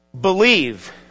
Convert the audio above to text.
believe